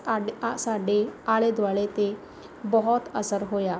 odd ਆ ਸਾਡੇ ਆਲੇ ਦੁਆਲੇ 'ਤੇ ਬਹੁਤ ਅਸਰ ਹੋਇਆ